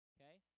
Okay